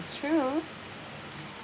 it's true